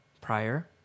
prior